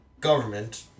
government